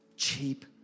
cheap